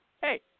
hey